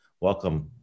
Welcome